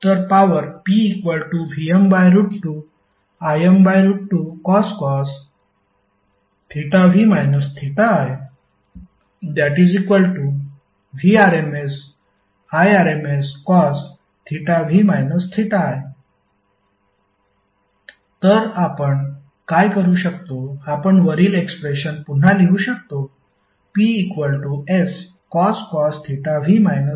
तर power PVm2Im2cos v i Vrms Irmscosv i तर आपण काय करू शकतो आपण वरील एक्सप्रेशन पुन्हा लिहू शकतो P Scos v i S काय आहे